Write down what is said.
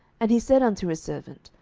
and he said unto his servant,